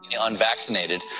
Unvaccinated